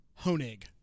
Honig